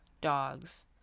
Dogs